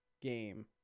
game